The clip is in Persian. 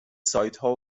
سایتها